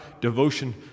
devotion